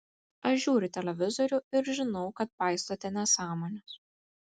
aš žiūriu televizorių ir žinau kad paistote nesąmones